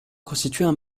constituaient